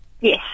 Yes